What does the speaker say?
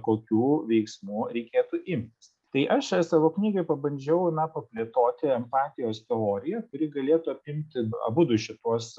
kokių veiksmų reikėtų imtis tai aš savo knygoj pabandžiau na paplėtoti empatijos teoriją kuri galėtų apimti abudu šituos